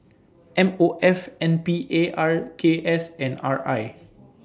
M O F N P A R K S and R I